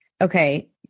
okay